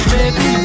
Baby